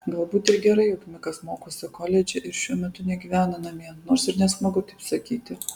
galbūt ir gerai jog mikas mokosi koledže ir šuo metu negyvena namie nors ir nesmagu taip sakyti